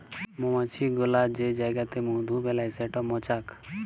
মমাছি গুলা যে জাইগাতে মধু বেলায় সেট মচাক